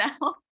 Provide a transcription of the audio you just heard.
now